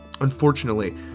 Unfortunately